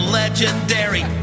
legendary